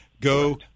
go